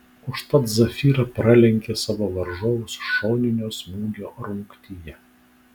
užtat zafira pralenkė savo varžovus šoninio smūgio rungtyje